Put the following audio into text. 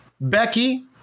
Becky